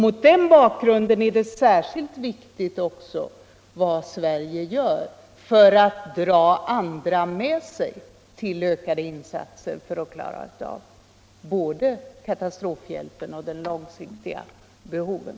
Mot den bakgrunden är det också särskilt viktigt vad Sverige gör för att dra andra med sig till ökade insatser för att både klara av katastrofhjälpen och tillgodose de långsiktiga behoven.